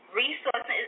resources